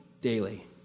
daily